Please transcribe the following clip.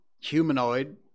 humanoid